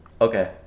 Okay